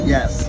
Yes